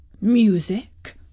Music